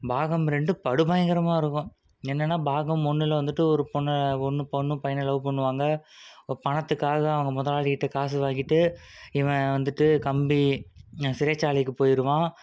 பாகம் ரெண்டு படு பயங்கரமாக இருக்கும் என்னன்னா பாகம் ஒன்றில் வந்துட்டு ஒரு பொண்ணு ஒன்றை பொண்ணும் பையனும் லவ் பண்ணுவாங்க பணத்துக்காக அவங்க முதலாளிகிட்ட காசு வாங்கிட்டு இவன் வந்துட்டு கம்பி சிறைச்சாலைக்கு போயிடுவான்